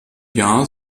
jahr